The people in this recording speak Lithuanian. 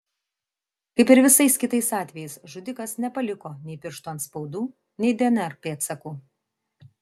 kaip ir visais kitais atvejais žudikas nepaliko nei pirštų atspaudų nei dnr pėdsakų